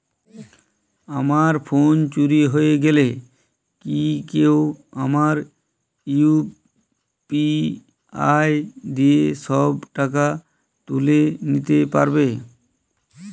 আমার ফোন চুরি হয়ে গেলে কি কেউ আমার ইউ.পি.আই দিয়ে সব টাকা তুলে নিতে পারবে?